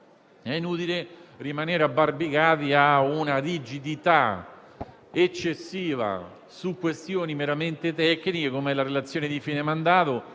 È inutile rimanere abbarbicati in una rigidità eccessiva su questioni meramente tecniche, come la relazione di fine mandato